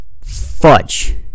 fudge